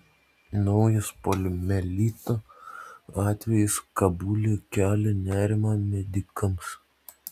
naujas poliomielito atvejis kabule kelia nerimą medikams